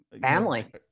family